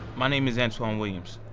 my name is antwan williams.